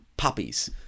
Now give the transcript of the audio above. Puppies